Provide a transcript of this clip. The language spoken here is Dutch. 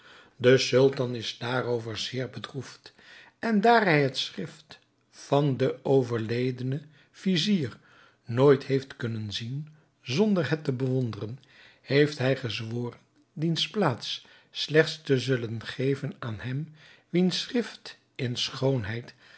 de sultan is daarover zeer bedroefd en daar hij het schrift van den overledenen vizier nooit heeft kunnen zien zonder het te bewonderen heeft hij gezworen diens plaats slechts te zullen geven aan hem wiens schrift in schoonheid